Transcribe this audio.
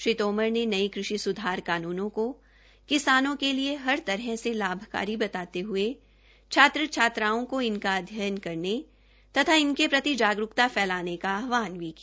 श्री तोमर ने नये कृषि स्धार कानूनों को किसानों के लिए हर तरह से लाभकारी बताते ह्ये छात्र छात्राओं को इनका अध्ययन करने तथा इसके प्रति जागरूकता फैलाने का आहवान भी किया